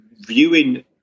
viewing